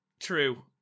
true